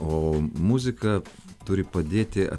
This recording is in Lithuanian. o muzika turi padėti